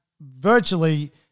virtually